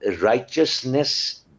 righteousness